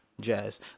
Jazz